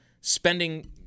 spending